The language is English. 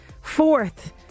fourth